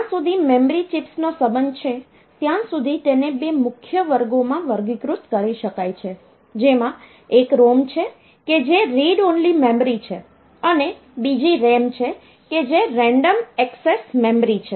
જ્યાં સુધી memory chips નો સંબંધ છે ત્યાં સુધી તેને બે મુખ્ય વર્ગોમાં વર્ગીકૃત કરી શકાય છે જેમાં એક ROM છે કે જે રીડ ઓન્લી મેમરી છે અને બીજી RAM છે કે જે રેન્ડમ એક્સેસ મેમરી છે